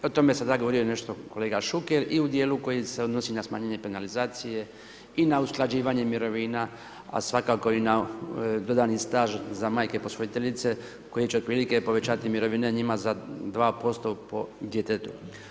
O tome sada je govorio nešto kolega Šuker i u dijelu koji se odnosi na smanjenje penalizacije i na usklađivanje mirovina, a svakako i na dodatni staž za majke posvoljiteljice koji će otprilike povećati mirovine njima za 2% po djetetu.